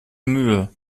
mühe